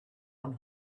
one